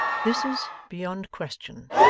this is, beyond question,